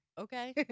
Okay